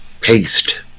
paste